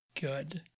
good